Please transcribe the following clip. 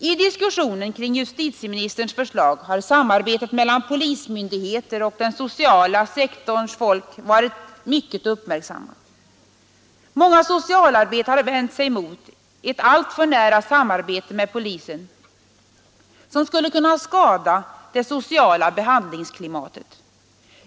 I diskussionen kring justitieministerns förslag har samarbetet mellan polismyndigheterna och den sociala sektorn varit mycket uppmärksammat. Många socialarbetare har vänt sig mot ett alltför nära samarbete med polisen, vilket skulle kunna skada det sociala behandlingsklimatet.